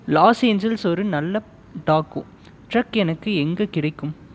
loss Angeles ஒரு நல்ல taco truck எனக்கு எங்கு கிடைக்கும்